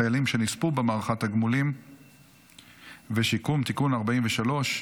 חיילים שנספו במערכה (תגמולים ושיקום) (תיקון מס' 43),